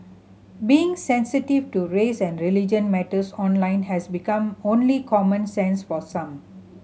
being sensitive to race and religion matters online has become only common sense for some